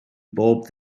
bob